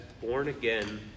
born-again